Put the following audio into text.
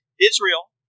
Israel